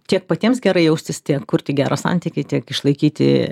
tiek patiems gerai jaustis tiek kurti gerą santykį tiek išlaikyti